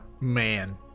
man